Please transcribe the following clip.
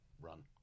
run